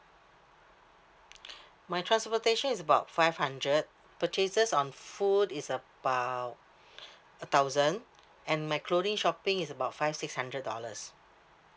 my transportation is about five hundred purchases on food is about a thousand and my clothing shopping is about five six hundred dollars